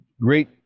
great